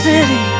City